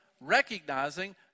recognizing